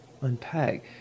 unpack